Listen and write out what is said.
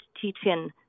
teaching